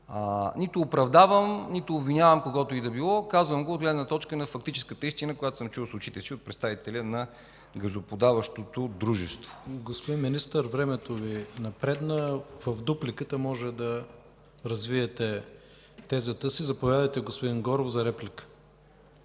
Нито оправдавам, нито обвинявам когото и да било. Казвам го от гледна точка на фактическата истина, която съм чул с ушите си от представителя на газоподаващото дружество. ПРЕДСЕДАТЕЛ ИВАН К. ИВАНОВ: Господин министър, времето Ви напредна. В дупликата може да развиете тезата си. Заповядайте за реплика,